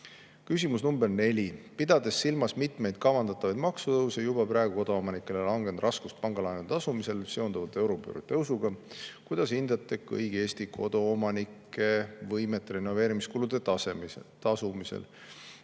Küsimus number neli: "Pidades silmas mitmeid kavandatavaid maksutõuse ja juba praegu koduomanikele langenud raskust pangalaenude tasumisel seonduvalt euribori tõusuga, kuidas hindate kõigi Eesti koduomanike [---] võimet renoveerimiskulude tasumisel?